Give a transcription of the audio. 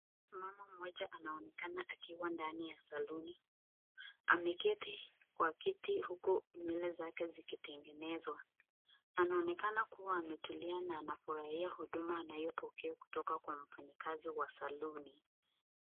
Mama mmoja anaonekana akiwa ndani ya salon .Ameketi kwa kiti huku nywele zake zikitengenezwa. Anaonekana kuwa ametulia na anafurahia huduma anayopokea kutoka kwa mfanyikazi wa salon .